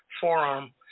forearm